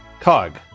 Cog